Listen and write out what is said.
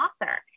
author